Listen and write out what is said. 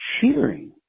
cheering